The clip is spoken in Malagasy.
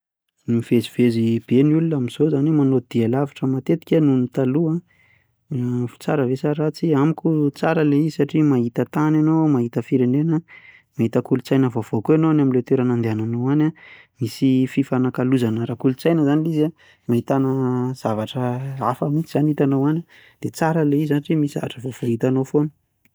Mivezivezy be ny olona amin'izao, izany hoe manao dia alavitra matetika noho ny taloha tsara ve sa ratsy? Amiko tsara ilay izy satria mahita tany ianao mahita firenena, mahita kolontsaina vaovao koa ianao any amin'ilay toerana andehananao any an, misy fifanakalozana ara kolontsaina izany ilay izy, ahitana zavatra hafa mihintsy izany no hitanao any, dia tsara ilay izy izany satria misy zavatra vaovao hitanao foana.